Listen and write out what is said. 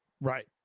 Right